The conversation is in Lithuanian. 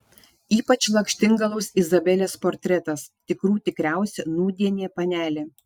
ypač lakštingalos izabelės portretas tikrų tikriausia nūdienė panelė